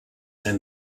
and